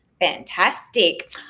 fantastic